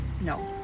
No